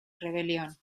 rebelión